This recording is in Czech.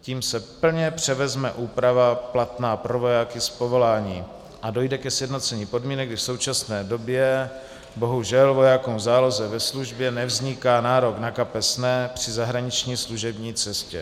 Tím se plně převezme úprava platná pro vojáky z povolání a dojde ke sjednocení podmínek, kdy v současné době bohužel vojákům v záloze ve službě nevzniká nárok na kapesné při zahraniční služební cestě.